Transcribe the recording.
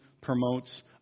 promotes